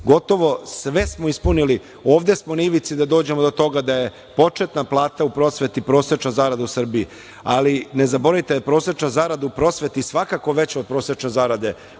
Gotovo sve smo ispunili, ovde smo na ivici da dođemo do toga da je početna plata u prosveti prosečna zarada u Srbiji, ali ne zaboravite da je prosečna zarada u prosveti svakako veća od prosečne zarade u Republici